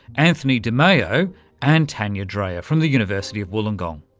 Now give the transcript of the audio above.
anthony dimeo and tanja dreher from the university of wollongong.